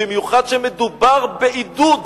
במיוחד כשמדובר בעידוד.